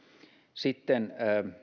sitten